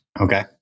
Okay